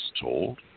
told